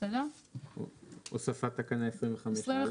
הוספת תקנה 25א?